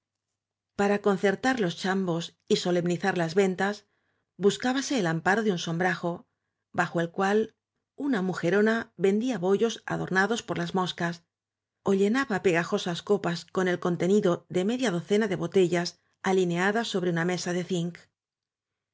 para concertar los chambos y solemnizar las ventas buscábase el amparo de un sombra jo bajo el cual una mujerona vendía bollos adornados por las moscas ó llenaba pegajosas copas con el contenido de media docena de botellas alineadas sobre una mesa de zinc